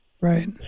Right